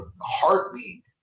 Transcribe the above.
heartbeat